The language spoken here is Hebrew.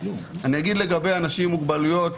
לגבי אנשים עם מוגבלויות,